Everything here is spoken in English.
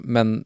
Men